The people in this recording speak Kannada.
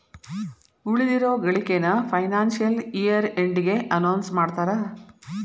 ಉಳಿದಿರೋ ಗಳಿಕೆನ ಫೈನಾನ್ಸಿಯಲ್ ಇಯರ್ ಎಂಡಿಗೆ ಅನೌನ್ಸ್ ಮಾಡ್ತಾರಾ